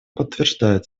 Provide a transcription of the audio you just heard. подтверждает